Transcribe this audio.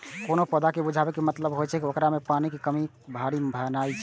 कोनो पौधा के मुरझाबै के मतलब होइ छै, ओकरा मे पानिक भारी कमी भेनाइ